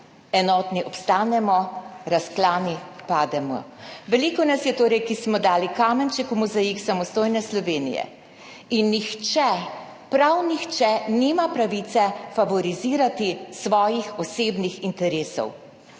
Enotni obstanemo, razklani pademo. Veliko nas je torej, ki smo dali kamenček v mozaik samostojne Slovenije in nihče, prav nihče nima pravice favorizirati svojih osebnih interesov.